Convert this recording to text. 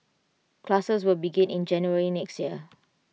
classes will begin in January next year